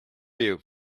you